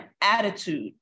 attitude